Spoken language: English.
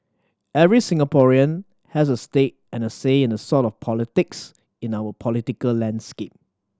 every Singaporean has a stake and a say in the sort of politics in our political landscape